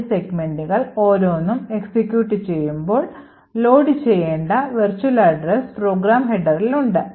ഈ സെഗ്മെന്റുകൾ ഓരോന്നും എക്സിക്യൂട്ട് ചെയ്യുമ്പോൾ ലോഡു ചെയ്യേണ്ട virtual address program headerൽ ഉണ്ട്